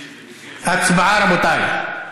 הצבעה, רבותיי.